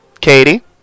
Katie